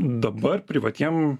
dabar privatiem